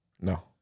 No